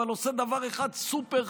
אבל עושה דבר אחד סופר-חמור,